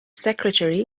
secretary